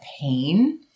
pain